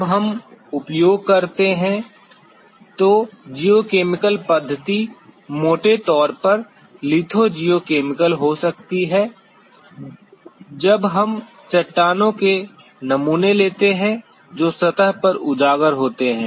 जब हम उपयोग करते हैं तो जियोकेमिकल पद्धति मोटे तौर पर लिथो जियोकेमिकल हो सकती है जब हम चट्टानों के नमूने लेते हैं जो सतह पर उजागर होते हैं